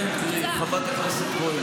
חברת הכנסת כהן,